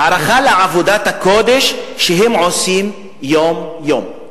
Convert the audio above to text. הערכה לעבודת הקודש שהם עושים יום-יום.